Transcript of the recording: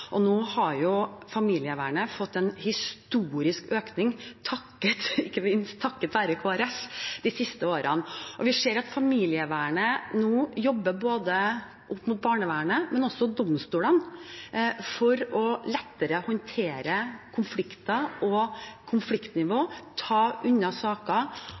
Nå har familievernet fått en historisk økning, ikke minst takket være Kristelig Folkeparti, de siste årene. Vi ser at familievernet nå jobber opp mot både barnevernet og domstolene for lettere å håndtere konflikter og konfliktnivået, og også for å ta unna